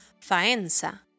Faenza